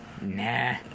nah